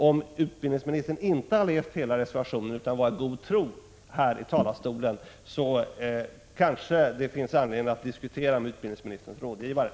Om utbildningsministern inte har läst hela reservationen utan var i god tro, när han yttrade sig, så kanske det finns anledning till en — Prot. 1985/86:142 diskussion med utbildningsministerns rådgivare.